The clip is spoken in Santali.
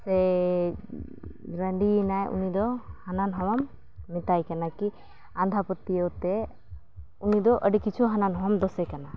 ᱥᱮᱻ ᱨᱟᱺᱰᱤ ᱮᱱᱟᱭ ᱩᱱᱤᱫᱚ ᱦᱟᱱᱟ ᱱᱷᱟᱣᱟᱢ ᱢᱮᱛᱟᱭ ᱠᱟᱱᱟ ᱠᱤ ᱟᱸᱫᱷᱟ ᱯᱟᱹᱛᱭᱟᱹᱣᱛᱮ ᱩᱱᱤᱫᱚ ᱟᱹᱰᱤ ᱠᱤᱪᱷᱩ ᱦᱟᱱᱟᱼᱱᱷᱟᱣᱟᱢ ᱫᱳᱥᱮ ᱠᱟᱱᱟ